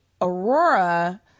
Aurora